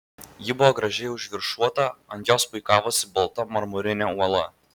ji buvo gražiai užviršuota ant jos puikavosi balta marmurinė uola